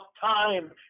time